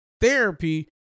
therapy